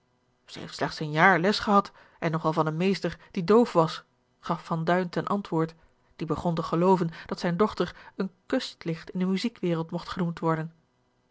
slechts een jaar les gehad en nog wel van een meester die doof was gaf van duin ten antwoord die begon te gelooven dat zijne dochter een kustlicht in de muziekwereld mogt genoemd worden